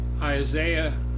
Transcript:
Isaiah